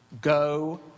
go